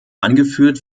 angeführt